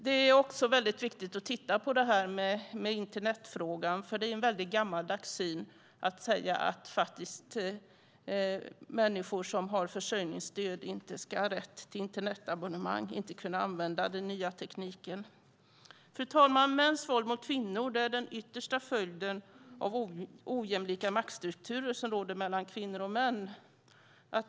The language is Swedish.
Det är viktigt att titta på internetfrågan. Det är en väldigt gammaldags syn att säga att människor som har försörjningsstöd inte ska ha rätt till internetabonnemang och inte ska kunna använda den nya tekniken. Fru talman! Mäns våld mot kvinnor är den yttersta följden av den ojämlika maktstruktur som råder mellan kvinnor och män.